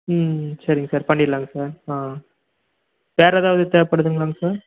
ம்ம் சரிங்க சார் பண்ணிடலாங் சார் ஆ வேறு ஏதாவது தேவைப்படுதுங்ளாங் சார்